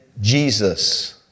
Jesus